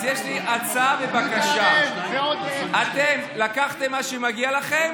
אז יש לי הצעה ובקשה: אתם לקחתם את מה שמגיע לכם,